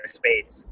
space